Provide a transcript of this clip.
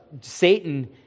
Satan